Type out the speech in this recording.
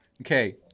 Okay